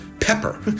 pepper